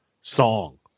song